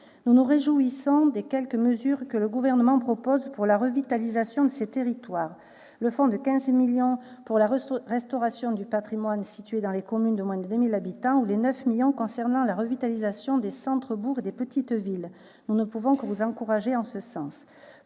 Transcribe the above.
Nous nous réjouissons des quelques mesures que le Gouvernement propose pour la revitalisation de ces territoires. Je pense au fonds de 15 millions d'euros pour la restauration du patrimoine situé dans les communes de moins de 10 000 habitants ou aux 9 millions d'euros concernant la revitalisation des centres-bourgs et des petites villes. Nous ne pouvons que vous encourager en ce sens.